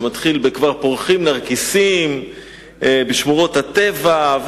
שמתחיל ב"כבר פורחים נרקיסים בשמורות הטבע",